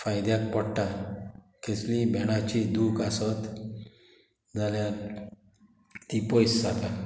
फायद्याक पडटा कसलीय भेणाची दूख आसत जाल्यार ती पयस जाता